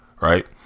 right